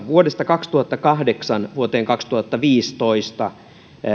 vuodesta kaksituhattakahdeksan vuoteen kaksituhattaviisitoista